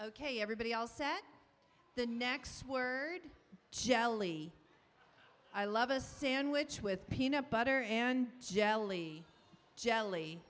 ok everybody else said the next word jelly i love a sandwich with peanut butter and jelly jelly